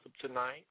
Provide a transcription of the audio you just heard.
tonight